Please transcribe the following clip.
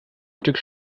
stück